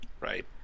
Right